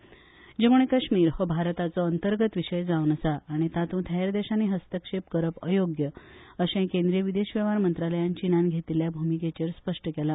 जम्म् काश्मीर जम्मू आनी काश्मीर हो भारताचो अंतर्गत विषय जावन आसा आनी तातुत हेर देशानी हस्तक्षेप करप अयोग्य अशे केंद्रीय विदेश वैव्हार मंत्रालयान चीनान घेतिल्ल्या भुमिकेचेर स्पष्ट केला